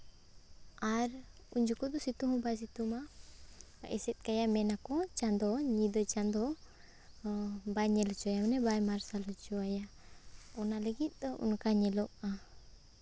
ᱟᱨ ᱩᱱ ᱡᱚᱠᱷᱚᱡᱽ ᱫᱚ ᱥᱤᱛᱩᱝ ᱦᱚᱸ ᱵᱟᱭ ᱥᱤᱛᱩᱝᱼᱟ ᱟᱨ ᱮᱥᱮᱫ ᱠᱟᱭᱟᱭ ᱢᱮᱱᱟᱠᱚ ᱪᱟᱸᱫᱳ ᱧᱤᱫᱟᱹ ᱪᱟᱸᱫᱳ ᱵᱟᱭ ᱧᱮᱞ ᱦᱚᱪᱚᱣᱟᱭᱟ ᱢᱟᱱᱮ ᱵᱟᱭ ᱢᱟᱨᱥᱟᱞ ᱦᱚᱪᱚᱣᱟᱭᱟ ᱚᱱᱟ ᱞᱟᱹᱜᱤᱫ ᱫᱚ ᱚᱱᱠᱟ ᱧᱮᱞᱚᱜᱼᱟ